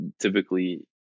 typically